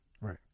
Right